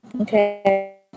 Okay